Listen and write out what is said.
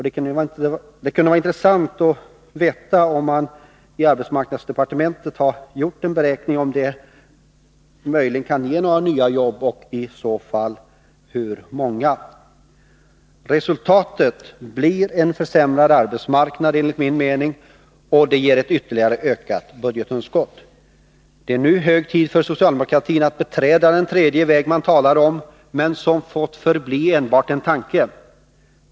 Det kunde vara intressant att veta, om man i arbetsmarknadsdepartementet har gjort en beräkning om det möjligen kan ge några nya jobb, och i så fall hur många. Resultatet blir, enligt min mening, en försämrad arbetsmarknad och ett ytterligare ökat budgetunderskott. Det är nu hög tid för socialdemokratin att beträda den tredje väg som man talat om, men som fått förbli enbart en tanke.